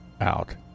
out